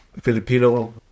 Filipino